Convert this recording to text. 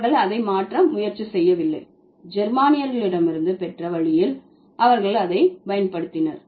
அவர்கள் அதை மாற்ற முயற்சி செய்யவில்லை ஜெர்மானியர்களிடமிருந்து பெற்ற வழியில் அவர்கள் அதை பயன்படுத்தினர்